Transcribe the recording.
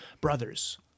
Brothers